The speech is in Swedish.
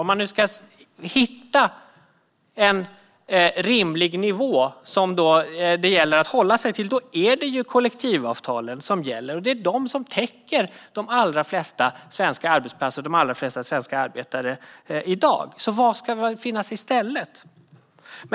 Om man nu ska hitta en rimlig nivå som det gäller att hålla sig till är det ju kollektivavtalen som gäller, och de täcker in de allra flesta svenska arbetsplatser och de allra flesta arbetare i dag. Vad ska alltså finnas i stället?